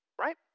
right